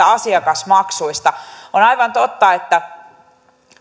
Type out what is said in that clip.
asiakasmaksuista on aivan totta että